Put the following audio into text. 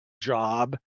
job